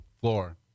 floor